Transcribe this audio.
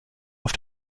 auf